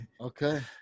Okay